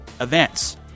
events